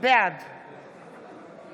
בעד